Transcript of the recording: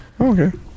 Okay